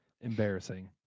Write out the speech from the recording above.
Embarrassing